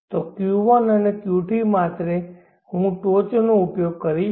તો Q1 અને Q3 માટે હું ટોચનો ઉપયોગ કરીશ